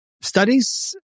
studies